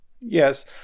Yes